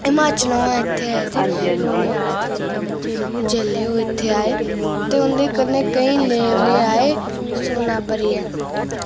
हिमाचल दा इत्थै आये थे रौह्ने आस्तै जेल्लै ओह् इत्थै आए ते उंदे कन्नै केईं लेबर आह्ले आए सुन्ना भरियै